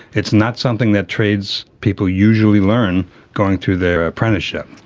it's not something that tradespeople usually learn going through their apprenticeship.